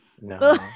No